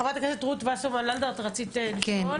חה"כ רות וסרמן לנדה, את רצית לשאול?